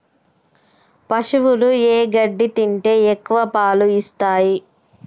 పశువులు ఏ గడ్డి తింటే ఎక్కువ పాలు ఇస్తాయి?